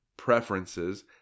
preferences